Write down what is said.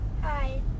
Hi